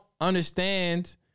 understand